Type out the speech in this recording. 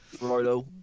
Righto